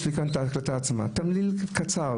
יש לי כאן את ההקלטה עצמה, תמליל קצר.